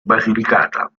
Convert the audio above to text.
basilicata